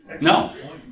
No